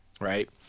Right